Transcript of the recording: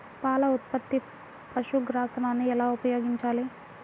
పాల ఉత్పత్తికి పశుగ్రాసాన్ని ఎలా ఉపయోగించాలి?